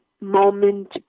moment